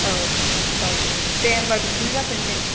औ औ दे होनबा बिदिनो जाथोंसै